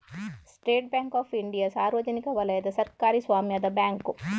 state Bank of India ಸಾರ್ವಜನಿಕ ವಲಯದ ಸರ್ಕಾರಿ ಸ್ವಾಮ್ಯದ ಬ್ಯಾಂಕು